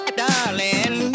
darling